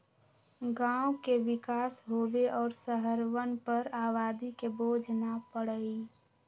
गांव के विकास होवे और शहरवन पर आबादी के बोझ न पड़ई